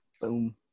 Boom